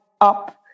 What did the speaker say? up